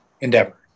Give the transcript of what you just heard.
endeavor